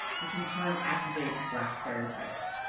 which in turn activates black stereotypes,